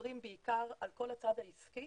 מדברים בעיקר על כל הצד העסקי